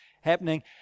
happening